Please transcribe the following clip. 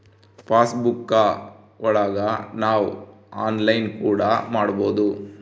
pass ಬುಕ್ಕಾ ಒಳಗ ನಾವ್ ಆನ್ಲೈನ್ ಕೂಡ ನೊಡ್ಬೋದು